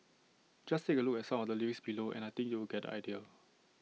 just take A look at some of the lyrics below and I think you'll get the idea